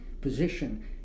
position